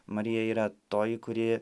marija yra toji kuri